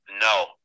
No